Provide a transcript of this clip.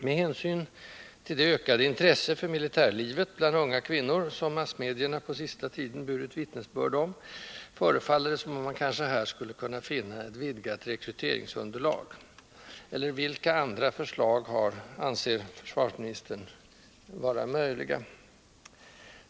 Med hänsyn till det ökade intresse för militärlivet bland unga kvinnor, som massmedierna på sista tiden burit vittnesbörd om, förefaller det som om man kanske här skulle kunna finna ett vidgat rekryteringsunderlag. Eller vilka andra förslag anser försvarsministern vara möjliga?